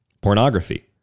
pornography